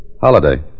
Holiday